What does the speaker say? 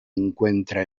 encuentra